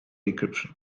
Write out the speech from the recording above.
decryption